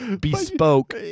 Bespoke